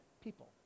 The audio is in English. people